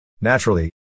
Naturally